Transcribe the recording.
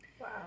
Wow